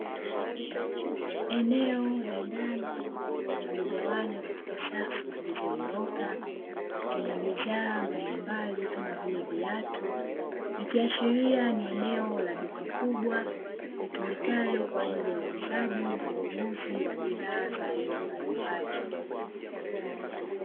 Eneo la ndani lililogawanywa katika safu zilizonyooka zenye bidhaa mbalimbali kama vile viatu, likiashiria ni eneo la duka kubwa, litumikalo kwa ajili ya uuzaji na ununuzi wa bidhaa mbalimbali.